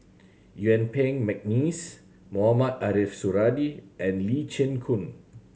Yuen Peng McNeice Mohamed Ariff Suradi and Lee Chin Koon